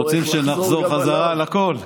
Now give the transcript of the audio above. אתם רוצים שנחזור בחזרה על הכול?